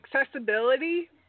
accessibility